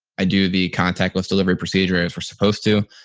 i do. the contactless delivery procedures were supposed to.